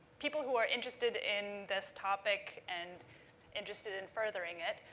people who are interested in this topic and interested in furthering it.